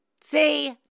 See